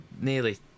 nearly